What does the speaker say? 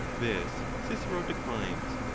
this cicero declines,